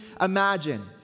imagine